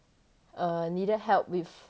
err needed help with